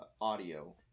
audio